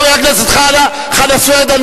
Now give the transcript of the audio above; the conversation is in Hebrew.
חבר הכנסת חנא סוייד,